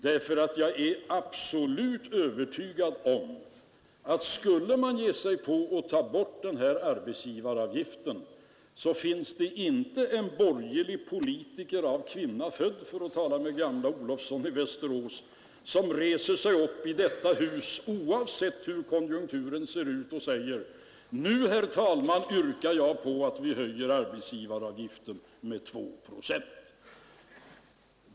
Jag är nämligen absolut övertygad om att om man skulle ta bort arbetsgivaravgiften finns det inte en borgerlig politiker av kvinna född — som gamle Olovson i Västerås brukade säga — som skulle, i ett hett konjunkturläge resa sig upp i detta hus och säga: Nu, herr talman, yrkar jag på att vi höjer arbetsgivaravgiften med 2 procent.